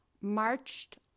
marched